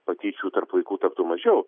patyčių tarp vaikų taptų mažiau